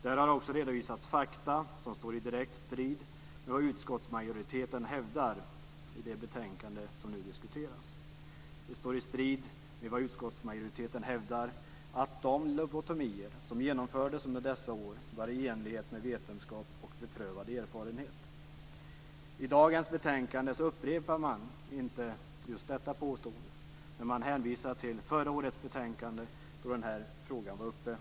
Där har också redovisats fakta som står i direkt strid mot vad utskottsmajoriteten hävdar i det betänkande som nu diskuteras. Det står i strid mot vad utskottsmajoriteten hävdar; att de lobotomier som genomfördes under dessa år var i enlighet med vetenskap och beprövad erfarenhet. I dagens betänkande upprepar man inte just detta påstående. Men man hänvisar till förra årets betänkande, då den här frågan var uppe.